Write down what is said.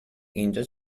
اینجا